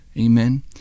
amen